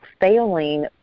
failing